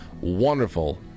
wonderful